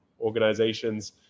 organizations